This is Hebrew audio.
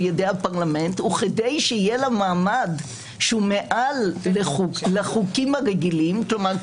ידי הפרלמנט וכדי שיהיה לה מעמד שהוא מעל לחוקים הרגילים כלומר,